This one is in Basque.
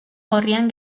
gorrian